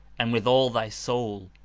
and with all thy soul,